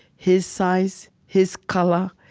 his size, his color,